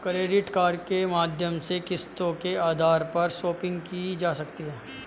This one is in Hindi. क्रेडिट कार्ड के माध्यम से किस्तों के आधार पर शापिंग की जा सकती है